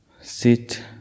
Sit